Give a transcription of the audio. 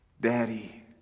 Daddy